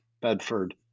Bedford